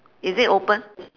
is it open